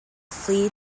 flee